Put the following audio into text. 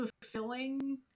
fulfilling